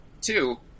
Two